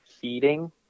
feeding